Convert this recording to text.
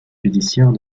judiciaire